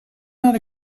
not